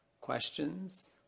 questions